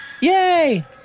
Yay